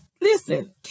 listen